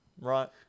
right